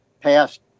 passed